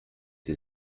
sie